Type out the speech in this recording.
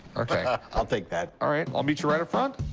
ok, i'll take that. all right, i'll meet you right front.